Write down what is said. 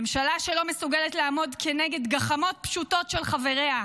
ממשלה שלא מסוגלת לעמוד כנגד גחמות פשוטות של חבריה,